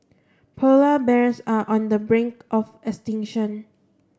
polar bears are on the brink of extinction